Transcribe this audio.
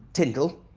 tindall.